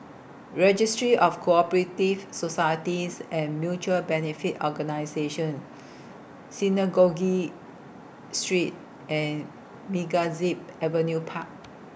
Registry of Co Operative Societies and Mutual Benefit Organisations Synagogue Street and MegaZip Avenue Park